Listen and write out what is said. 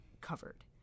covered